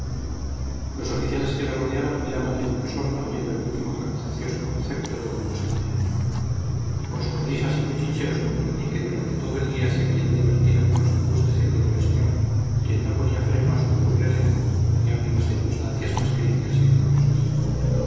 los oficiales que le rodeaban mirábanle con sorna oyendo el último jactancioso concepto de d josé maría por sus risas y cuchicheos comprendí que durante todo el día se habían divertido con los embustes de aquel buen señor quien no ponía freno a su voluble lengua ni aun en las circunstancias más críticas y dolorosas